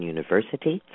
University